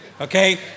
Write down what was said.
Okay